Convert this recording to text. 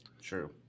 True